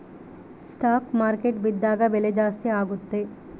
stock market ಬಿದ್ದಾಗ ಬೆಲೆ ಜಾಸ್ತಿ ಆಗುತ್ತೆ